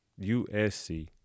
usc